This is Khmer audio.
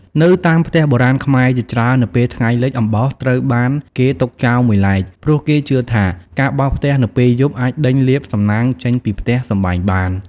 នៅតាមផ្ទះបុរាណខ្មែរជាច្រើន នៅពេលថ្ងៃលិចអំបោសត្រូវបានគេទុកចោលមួយឡែក ព្រោះគេជឿថា ការបោសផ្ទះនៅពេលយប់អាចដេញលាភសំណាងចេញពីផ្ទះសម្បែងបាន។